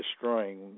destroying